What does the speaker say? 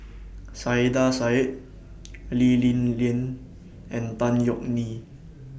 Saiedah Said Lee Li Lian and Tan Yeok Nee